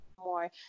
more